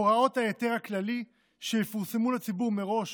הוראות ההיתר הכללי, שיפורסמו לציבור מראש